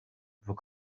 vos